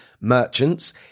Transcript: merchants